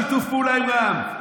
שיתוף פעולה עם רע"מ,